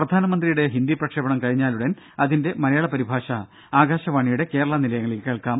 പ്രധാനമന്ത്രിയുടെ ഹിന്ദി പ്രക്ഷേപണം കഴിഞ്ഞാലുടൻ അതിന്റെ മലയാള പരിഭാഷ ആകാശവാണിയുടെ കേരള നിലയങ്ങളിൽ കേൾക്കാം